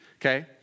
okay